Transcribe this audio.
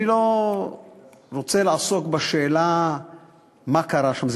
אני לא רוצה לעסוק בשאלה מה קרה שם,